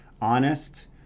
honest